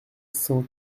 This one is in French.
cent